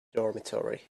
dormitory